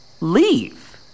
Leave